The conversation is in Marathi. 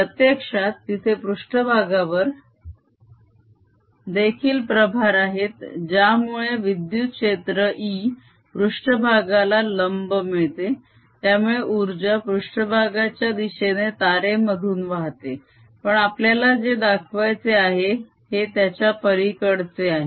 प्रत्यक्षात तिथे पृष्ट्भागावर देखील प्रभार आहेत ज्यामुळे विद्युत क्षेत्र E पृष्ट्भागाला लंब मिळते त्यामुळे उर्जा पृष्ट्भागाच्या दिशेने तारेमधून वाहते पण आपल्याला जे दाखवायचे आहे हे त्याच्यापलीकडचे आहे